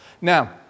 Now